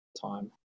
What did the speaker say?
time